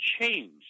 change